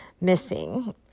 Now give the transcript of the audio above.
missing